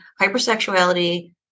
hypersexuality